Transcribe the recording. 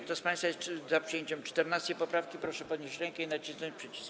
Kto z państwa jest za przyjęciem 14. poprawki, proszę podnieść rękę i nacisnąć przycisk.